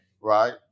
right